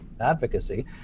advocacy